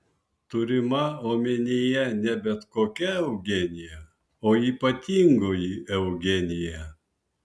turima omenyje ne bet kokia eugenija o ypatingoji eugenija